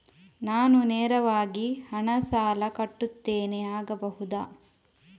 ನಾನು ನೇರವಾಗಿ ಹಣ ಸಾಲ ಕಟ್ಟುತ್ತೇನೆ ಆಗಬಹುದ?